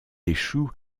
échoue